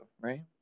right